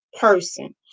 person